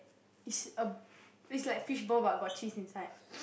it's a it's like fishball but got cheese inside